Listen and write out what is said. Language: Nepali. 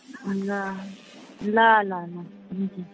ल ल ल ल हुन्छ